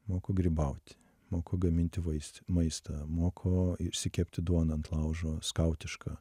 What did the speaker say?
moko grybauti moko gaminti vaist maistą moko išsikepti duoną ant laužo skautišką